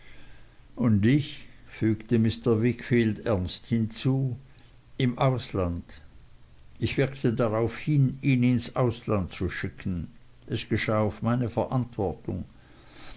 und ich fügte mr wickfield ernst hinzu im ausland ich wirkte daraufhin ihn ins ausland zu schicken es geschah auf meine verantwortung